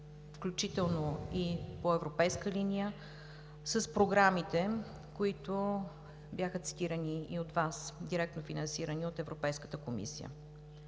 включително и по европейска линия, с програмите, които бяха цитирани и от Вас, директно финансирани от Европейската комисия.